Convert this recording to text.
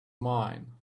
mine